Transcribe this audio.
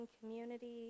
community